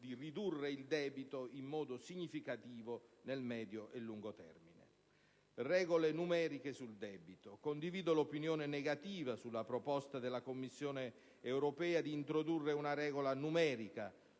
di ridurre il debito in modo significativo nel medio e nel lungo termine. Quanto alle regole numeriche sul debito, condivido l'opinione negativa sulla proposta della Commissione europea di introdurre una regola numerica